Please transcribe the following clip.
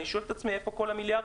אני שואל את עצמי איפה כל המיליארדים.